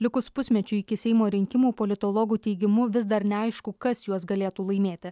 likus pusmečiui iki seimo rinkimų politologų teigimu vis dar neaišku kas juos galėtų laimėti